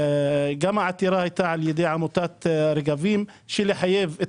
שגם העתירה הייתה על ידי עמותת רגבים החליטו לחייב את